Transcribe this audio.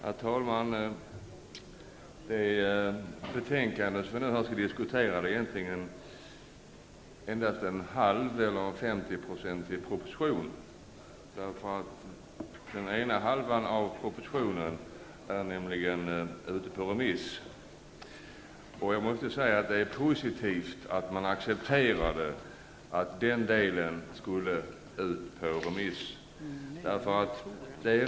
Herr talman! Det betänkande som vi nu har att diskutera gäller egentligen en halv proposition. Den ena halvan av propositionen är nämligen ute på remiss. Jag måste säga att det är positivt att man accepterade förslaget att den delen skulle remissbehandlas.